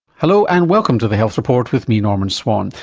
hello, and welcome to the health report with me, norman swan.